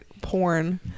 porn